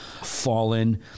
Fallen